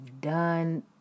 done